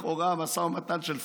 לכאורה משא ומתן של פראיירים,